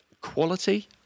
Quality